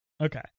okay